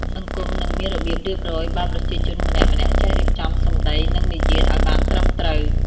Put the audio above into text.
សង្គមនឹងមានរបៀបរៀបរយ បើប្រជាជនម្នាក់ៗចេះរៀបចំសម្ដី និងមារយាទឱ្យបានត្រឹមត្រូវ។